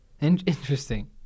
interesting